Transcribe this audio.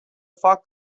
fac